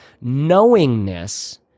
knowingness